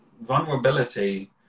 vulnerability